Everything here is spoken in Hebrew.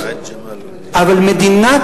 זה על הנייר.